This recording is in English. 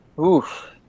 Oof